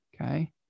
okay